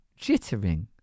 Jittering